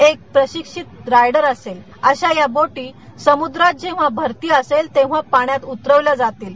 एक प्रशिक्षित रायडर असेल अशा या बोटी समुद्रात जेव्हा भरती असेल तेव्हा पाण्यात उतरवल्या जातील